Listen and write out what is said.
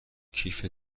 کیف